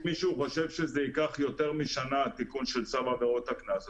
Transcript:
אם מישהו חושב שייקח יותר משנה התיקון של צו עבירות הקנס,